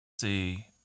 See